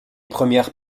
premières